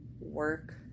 work